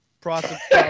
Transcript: process